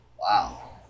Wow